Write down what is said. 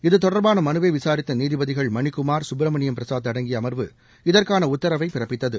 இத்தொடர்பான மனுவை விசாரித்த நீதிபதிகள் மணிக்குமார் சுப்பிரமணியம் பிரசாத் அடங்கிய அமர்வு இதற்கான உத்தரவை பிறப்பித்தது